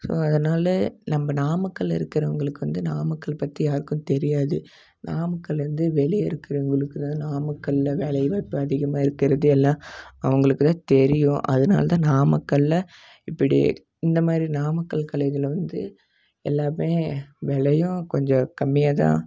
so அதனால நம்ம நாமக்கல்லில் இருக்கிறவுங்களுக்கு வந்து நாமக்கல் பற்றி யாருக்கும் தெரியாது நாமக்கல்லில் இருந்து வெளியே இருக்கிறவுங்களுக்கு தான் நாமக்கல்லில் வேலை வாய்ப்பு அதிகமாக இருக்கிறது எல்லாம் அவங்களுக்கு தான் தெரியும் அதனால தான் நாமக்கல்லில் இப்படி இந்த மாதிரி நாமக்கல் கலைகளை வந்து எல்லாமே விலையும் கொஞ்சோம் கம்மியாக தான்